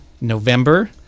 November